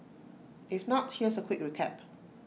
if not here's A quick recap